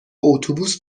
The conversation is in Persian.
اتوبوس